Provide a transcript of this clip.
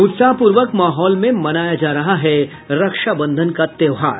उत्साहपूर्वक माहौल में मनाया जा रहा है रक्षाबंधन का त्योहार